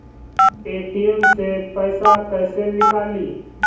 ATM से पइसा कइसे निकली?